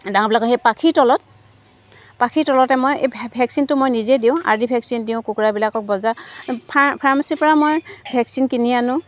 ডাঙৰবিলাকক সেই পাখিৰ তলত পাখিৰ তলতে মই এই ভে ভেকচিনটো মই নিজে দিওঁ আৰ ডি ভেকচিন দিওঁ কুকুৰাবিলাকক বজা ফাৰ্ ফাৰ্মাচীৰ পৰা মই ভেকচিন কিনি আনো